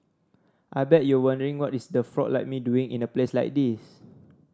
I bet you're wondering what is a frog like me doing in a place like this